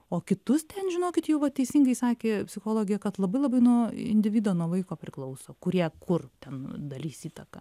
o kitus ten žinokit jau va teisingai sakė psichologė kad labai labai nuo individo nuo vaiko priklauso kurie kur ten darys įtaką